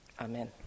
Amen